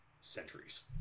centuries